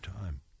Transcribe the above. time